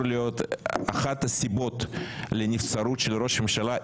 להיות אחת הסיבות לנבצרות של ראש ממשלה.